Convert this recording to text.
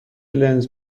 لنز